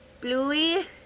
Bluey